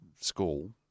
school